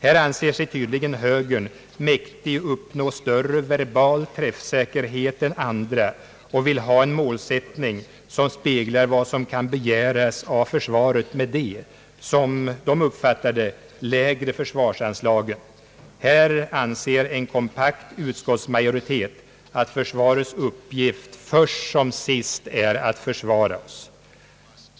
Här anser sig tydligen högern mäktig uppnå större verbal träffsäkerhet än andra och vill ha en målsättning som speglar vad som kan begäras av försvaret med de, som högern uppfattar det, lägre försvarsanslagen. En kompakt utskottsmajoritet anser att försvarets uppgift först som sist är att försvara oss.